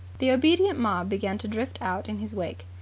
the obedient mob began to drift out in his wake.